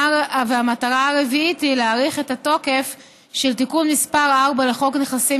המטרה הרביעית היא להאריך את התוקף של תיקון מס' 4 לחוק נכסים